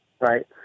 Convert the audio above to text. Right